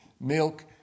Milk